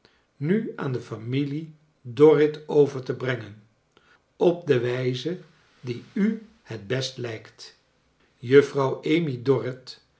nu aan de familie dorrit over te brengen op de wijze die u het best lijkt juffrouw amy